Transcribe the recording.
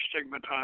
stigmatized